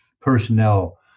personnel